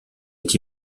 est